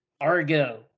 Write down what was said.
Argo